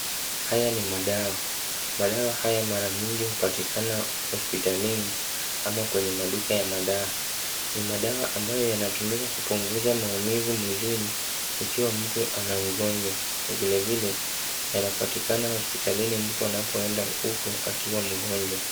Haya ni madawa. Madawa haya mara mingi hupatikana hospitalini, ama kwenye maduka ya madawa. Ni madawa ambayo yanatumika kupunguza maumivu mwilini ikiwa mtu ana ugonjwa, ville vile, yanapatikana hospitalini mtu anapoenda huko akiwa mgonjwa.